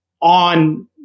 on